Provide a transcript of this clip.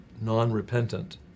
non-repentant